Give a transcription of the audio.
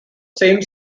same